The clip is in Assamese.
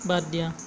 বাট দিয়া